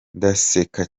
ndaseka